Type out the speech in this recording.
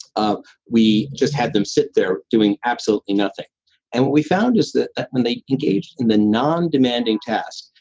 um we just had them sit there doing absolutely nothing and what we found is that when they engage in the non-demanding tasks,